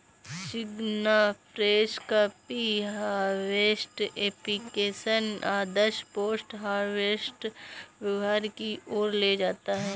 सिग्नाफ्रेश का pre harvest application आदर्श post harvest व्यवहार की ओर ले जाता है